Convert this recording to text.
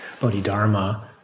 Bodhidharma